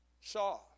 saw